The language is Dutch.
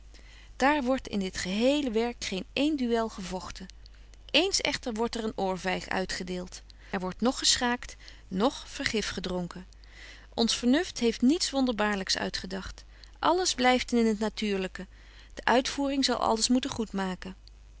daar wordt in dit gehele werk geen een duël gevogten eens echter wordt er een oorvyg uitgedeelt er wordt noch geschaakt noch vergif gedronken ons vernuft heeft niets wonderbaarlyks uitgedagt alles blyft in het natuurlyke de uitvoering zal alles moeten